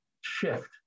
shift